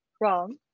wrong